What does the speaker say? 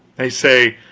they say